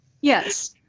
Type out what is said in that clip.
yes